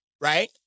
right